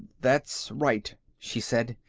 that's right, she said.